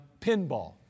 pinball